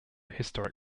historic